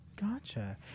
Gotcha